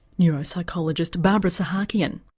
neuropsychologist barbara sahakian.